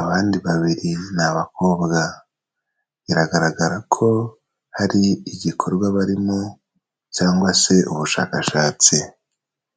abandi babiri ni abakobwa, biragaragara ko hari igikorwa barimo cyangwa se ubushakashatsi.